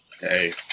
Hey